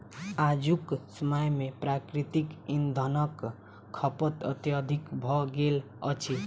आजुक समय मे प्राकृतिक इंधनक खपत अत्यधिक भ गेल अछि